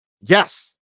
yes